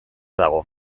dago